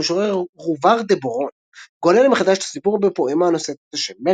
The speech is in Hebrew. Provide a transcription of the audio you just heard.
המשורר רובר דה בורון גולל מחדש את הסיפור בפואמה הנושאת את השם מרלין.